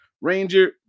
Ranger